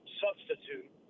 substitute